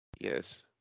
Yes